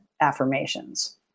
affirmations